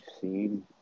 seen